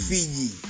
Fiji